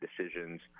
decisions